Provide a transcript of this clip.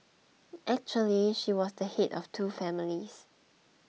actually she was the head of two families